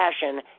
fashion